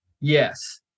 Yes